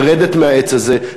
לרדת מהעץ הזה,